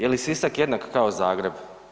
Je li Sisak jednak kao Zagreb?